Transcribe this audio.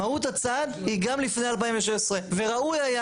מהות הצעד היא גם לפני 2016. וראוי היה